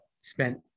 spent